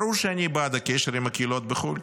ברור שאני בעד הקשר עם הקהילות בחו"ל.